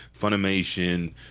Funimation